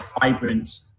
vibrant